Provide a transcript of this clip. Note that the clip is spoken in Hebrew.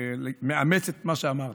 מאמץ, את מה שאמרת.